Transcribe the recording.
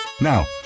Now